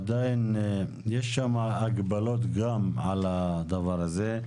עדיין יש שם הגבלות גם על הדבר הזה.